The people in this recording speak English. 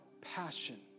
passion